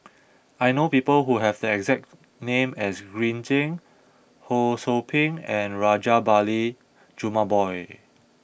I know people who have the exact name as Green Zeng Ho Sou Ping and Rajabali Jumabhoy